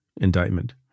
indictment